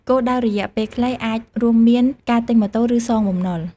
គោលដៅរយៈពេលខ្លីអាចរួមមានការទិញម៉ូតូ ឬសងបំណុល។